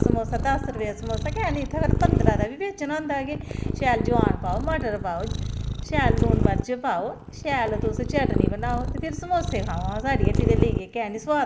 कोई इलाज ना छड़ा आखदे नै बूह्टे गी चूना करो ते जो करो चे बो करो मगर असें कोई समझ ना औंदा ऐ भाई पूरे ग्रांऽ च गै इयै हाल ऐ एह् लोकें दी जेह्ड़ी पैदाबार ऐ फसल